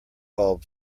bulb